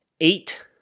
eight